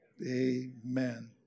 amen